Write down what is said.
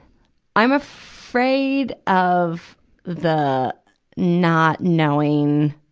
i'm afraid of the not knowing,